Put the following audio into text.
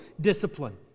discipline